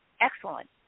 excellent